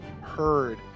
heard